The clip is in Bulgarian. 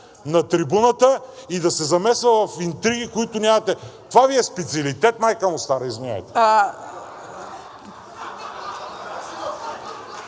на трибуната и да се замесва в интриги, които нямате… Това Ви е специалитет, майка му стара, извинявайте.